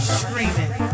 screaming